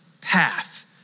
path